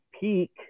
peak